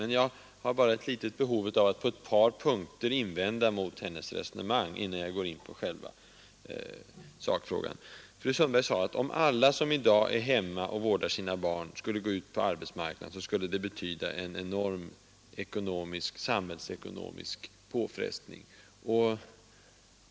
Men jag har ett behov av att på ett par punkter invända mot fru Sundbergs resonemang, innan jag går in på själva sakfrågan. Fru Sundberg sade att om alla som i dag är hemma och vårdar sina barn skulle gå ut på arbetsmarknaden, så skulle det betyda en enorm samhällsekonomisk påfrestning.